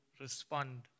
respond